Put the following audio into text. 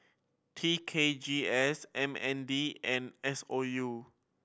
T K G S M N D and S O U